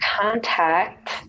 contact